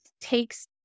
takes